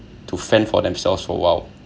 to fend for themselves for awhile